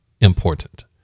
important